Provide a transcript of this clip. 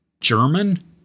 German